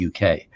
UK